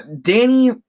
danny